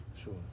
Sure